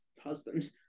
husband